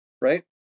right